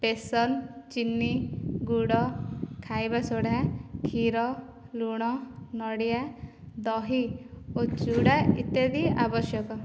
ବେସନ ଚିନି ଗୁଡ଼ ଖାଇବା ସୋଢ଼ା କ୍ଷୀର ଲୁଣ ନଡ଼ିଆ ଦହି ଓ ଚୁଡ଼ା ଇତ୍ୟାଦି ଆବଶ୍ୟକ